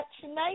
tonight